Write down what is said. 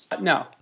No